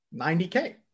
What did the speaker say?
90k